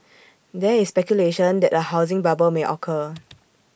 there is speculation that A housing bubble may occur